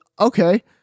okay